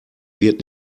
wird